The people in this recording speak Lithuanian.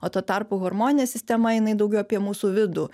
o tuo tarpu hormoninė sistema jinai daugiau apie mūsų vidų